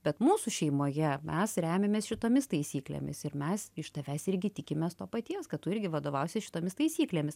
bet mūsų šeimoje mes remiamės šitomis taisyklėmis ir mes iš tavęs irgi tikimės to paties kad tu irgi vadovausies šitomis taisyklėmis